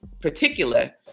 particular